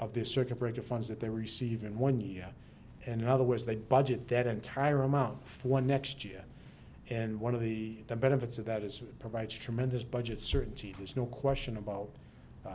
of this circuit breaker funds that they receive in one year and in other words they budget that entire amount for next year and one of the benefits of that is it provides tremendous budget certainty there's no question about